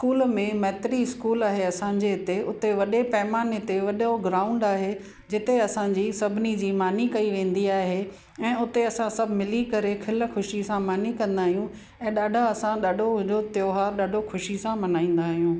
school में Maitri school आहे असांजे हिते उते वॾे पैमाने ते वॾो ग्राउंड आहे जिते असांजी सभिनी जी मानी कई वेंदी आहे ऐं उते असां सभु मिली करे खिल ख़ुशी सां मानी कंदा आहियूं ऐं ॾाढा असां ॾाढो अहिड़ो त्योहारु ॾाढो ख़ुशी सां मल्हाईंदा आहियूं